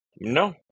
No